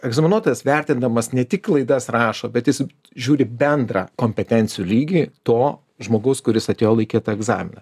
egzaminuotojas vertindamas ne tik klaidas rašo bet jis žiūri bendrą kompetencijų lygį to žmogaus kuris atėjo laikyt tą egzaminą